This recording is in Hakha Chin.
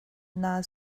naa